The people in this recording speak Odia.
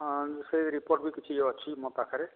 ହଁ ସେଇ ରିପୋର୍ଟ ବି କିଛି ଅଛି ମୋ ପାଖରେ